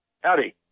Howdy